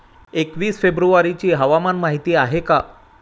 एकवीस फेब्रुवारीची हवामान माहिती आहे का?